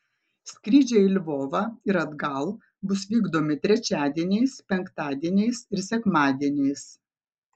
skrydžiai į lvovą ir atgal bus vykdomi trečiadieniais penktadieniais ir sekmadieniais